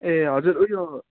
ए हजुर उयो